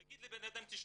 להגיד לאדם "תשמע,